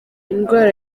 indwara